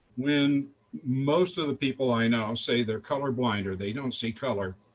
when most of the people i know i'll say they're color blind or they don't see color,